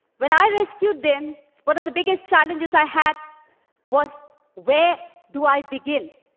when i rescued them, one of the biggest challenges i had was where do i begin.